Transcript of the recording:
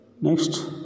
Next